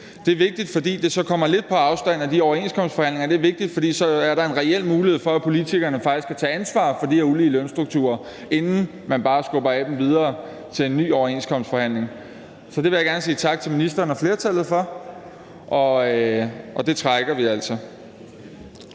Det er vigtigt, fordi det så kommer lidt på afstand af de overenskomstforhandlinger. Det er vigtigt, fordi der så er en reel mulighed for, at politikerne faktisk kan tage ansvar for de her ulige lønstrukturer, inden man bare skubber aben videre til en ny overenskomstforhandling. Så det vil jeg gerne sige tak til ministeren og flertallet for. Det ændringsforslag trækker vi altså